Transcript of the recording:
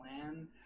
plan